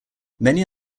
many